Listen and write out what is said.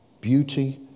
Beauty